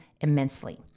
immensely